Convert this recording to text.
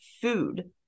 food